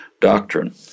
doctrine